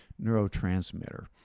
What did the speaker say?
neurotransmitter